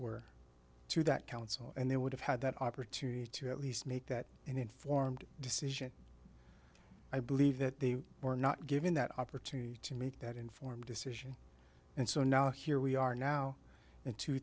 were to that counsel and they would have had that opportunity to at least make that an informed decision i believe that they were not given that opportunity to make that informed decision and so now here we are now in two